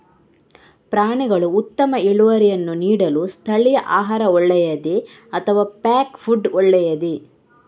ಪ್ರಾಣಿಗಳು ಉತ್ತಮ ಇಳುವರಿಯನ್ನು ನೀಡಲು ಸ್ಥಳೀಯ ಆಹಾರ ಒಳ್ಳೆಯದೇ ಅಥವಾ ಪ್ಯಾಕ್ ಫುಡ್ ಒಳ್ಳೆಯದೇ?